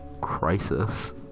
Crisis